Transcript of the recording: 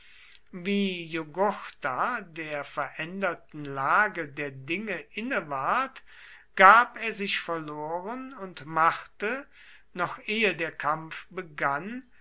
wie jugurtha der veränderten lage der dinge inne ward gab er sich verloren und machte noch ehe der kampf begann